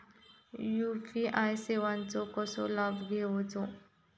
UPI सेवाचो कसो लाभ घेवचो?